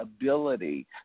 ability